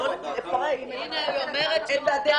אז מה אם היא רוצה?